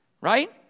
Right